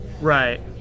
Right